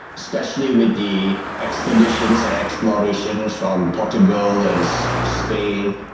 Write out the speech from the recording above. especially with the expeditions and explorations from portugal and spain,